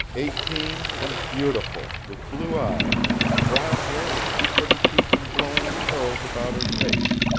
eighteen, and beautiful, with blue eyes, and brown hair that she couldn't keep from blowing in curls about her face.